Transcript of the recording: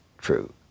true